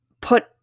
put